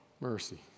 mercy